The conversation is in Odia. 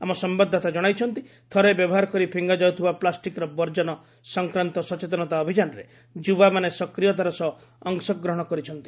ଆମ ସମ୍ଭାଦଦାତା ଜଣାଇଛନ୍ତି ଥରେ ବ୍ୟବହାର କରି ଫିଙ୍ଗାଯାଉଥିବା ପ୍ଲାଷ୍ଟିକ୍ର ବର୍ଜନ ସଂକ୍ରାନ୍ତ ସଚେତନତା ଅଭିଯାନରେ ଯୁବାମାନେ ସକ୍ରିୟତାର ସହ ଅଂଶଗ୍ରହଣ କରିଛନ୍ତି